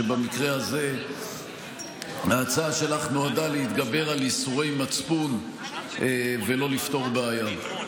שבמקרה הזה ההצעה שלך נועדה להתגבר על ייסורי מצפון ולא לפתור בעיה.